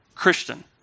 Christian